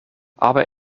aber